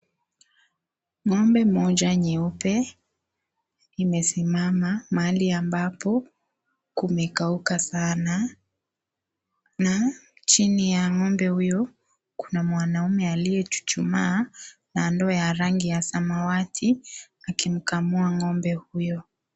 Ng'ombe moja nyeeupe imesimama mahali ambapo kumekauka sana na chini ya ng'ombe huyo kuna mwanaume ambaye amechuchuma na ndoo ya rangi ya samawati akimkamua ng;ombe huyo.